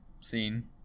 scene